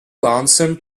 lonesome